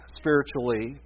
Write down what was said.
spiritually